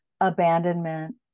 abandonment